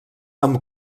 amb